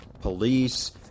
police